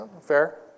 Fair